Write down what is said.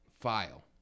file